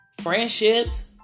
friendships